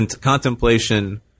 Contemplation